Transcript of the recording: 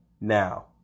now